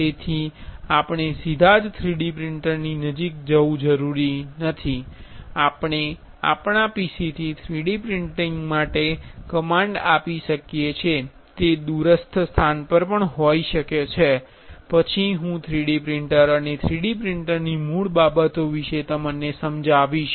તેથી આપણે સીધા જ 3D પ્રિંટરની નજીક જવું જરૂરી નથી આપણે આપણા PCથી 3D પ્રિન્ટિંગ માટે કમાન્ડ આપી શકીએ છીએ જે દૂરસ્થ સ્થાન પર છે પછી હું 3D પ્રિંટર અને 3D પ્રિંટરની મૂળ બાબતો વિશે સમજાવીશ